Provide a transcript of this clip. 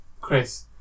Chris